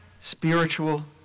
spiritual